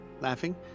laughing